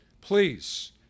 please